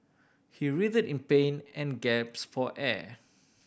he writhed in pain and gasped for air